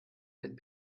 wenn